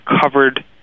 covered